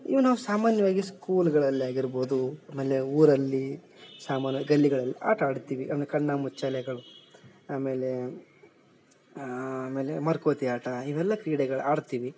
ಇವು ನಾವು ಸಾಮಾನ್ಯವಾಗಿ ಸ್ಕೂಲ್ಗಳಲ್ಲಿ ಆಗಿರ್ಬೋದು ಆಮೇಲೆ ಊರಲ್ಲಿ ಸಾಮಾನ್ಯವಾಗಿ ಗಲ್ಲಿಗಳಲ್ಲಿ ಆಟ ಆಡ್ತೀವಿ ಅಂದ್ರೆ ಕಣ್ಣಾಮುಚ್ಚಾಲೆಗಳು ಆಮೇಲೆ ಆಮೇಲೆ ಮರಕೋತಿ ಆಟ ಇವೆಲ್ಲ ಕ್ರೀಡೆಗಳು ಆಡ್ತೀವಿ